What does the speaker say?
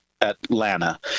atlanta